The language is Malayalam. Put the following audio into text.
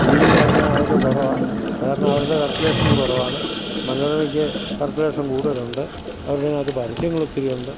ദീപികയ്ക്കാണെങ്കിൽ അതൊക്കെ കുറവാണ് അതുകാരണം അവരുടെ സർക്കുലേഷൻ കുറവാണ് മനോരമയ്ക്ക് സർക്കുലേഷൻ കൂടുതലുണ്ട് അവർക്കിതിനകത്ത് പരസ്യങ്ങൾ ഒത്തിരി ഉണ്ട്